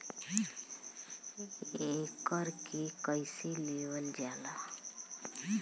एकरके कईसे लेवल जाला?